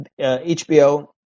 HBO